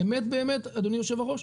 באמת באמת, אדוני יושב הראש,